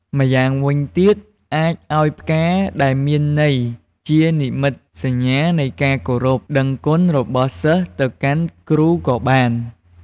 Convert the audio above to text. ម្យ៉ាងវិញទៀតអាចឲ្យផ្កាដែលមានន័យជានិមិត្តសញ្ញានៃការគោរព ដឹងគុណរបស់សិស្សទៅកាន់គ្រូក៏បាន។